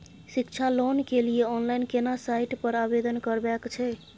शिक्षा लोन के लिए ऑनलाइन केना साइट पर आवेदन करबैक छै?